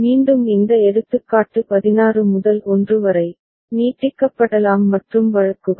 மீண்டும் இந்த எடுத்துக்காட்டு 16 முதல் 1 வரை நீட்டிக்கப்படலாம் மற்றும் வழக்குகள்